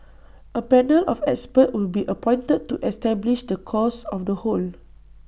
A panel of experts will be appointed to establish the cause of the hole